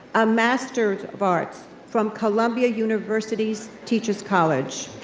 a masters of arts from columbia university's teacher's college.